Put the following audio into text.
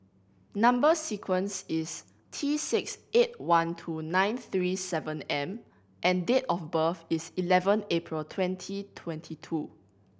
number sequence is T six eight one two nine three seven M and date of birth is eleven April twenty twenty two